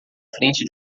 frente